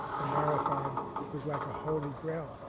the marathon was like a holy grail,